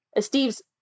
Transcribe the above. Steve's